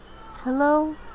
Hello